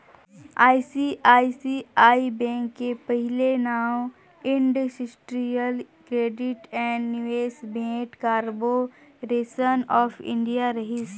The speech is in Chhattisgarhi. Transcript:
आई.सी.आई.सी.आई बेंक के पहिले नांव इंडस्टिरियल क्रेडिट ऐंड निवेस भेंट कारबो रेसन आँफ इंडिया रहिस